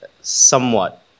somewhat